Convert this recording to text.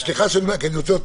אני רוצה להיות פרקטי.